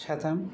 साथाम